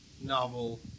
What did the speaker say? Novel